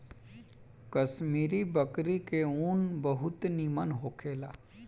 कश्मीरी बकरी के ऊन बहुत निमन होखेला